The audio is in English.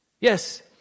Yes